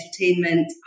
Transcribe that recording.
entertainment